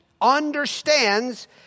understands